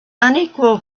unequal